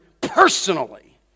personally